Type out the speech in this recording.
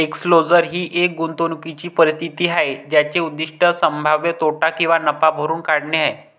enclosure ही एक गुंतवणूकीची परिस्थिती आहे ज्याचे उद्दीष्ट संभाव्य तोटा किंवा नफा भरून काढणे आहे